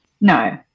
no